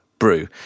Brew